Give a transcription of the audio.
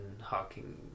hawking